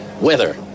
weather